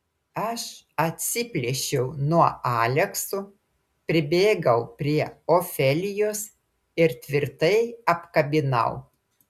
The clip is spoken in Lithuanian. aš atsiplėšiau nuo alekso pribėgau prie ofelijos ir tvirtai apkabinau